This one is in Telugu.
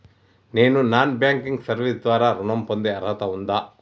నేను నాన్ బ్యాంకింగ్ సర్వీస్ ద్వారా ఋణం పొందే అర్హత ఉందా?